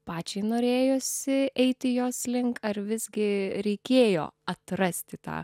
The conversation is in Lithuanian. pačiai norėjosi eiti jos link ar visgi reikėjo atrasti tą